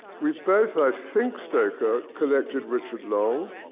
we both, i think, stoker, collected richard long.